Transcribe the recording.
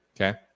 okay